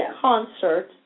concert